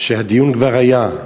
שהדיון כבר היה,